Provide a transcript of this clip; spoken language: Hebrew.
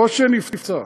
לא שנפצע.